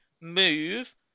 Move